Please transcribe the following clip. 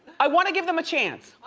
i wanna give them a chance.